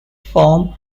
form